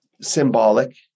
symbolic